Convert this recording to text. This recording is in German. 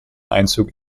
einzug